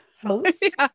host